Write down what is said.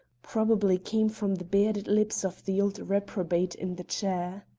probably came from the bearded lips of the old reprobate in the chair.